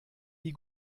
die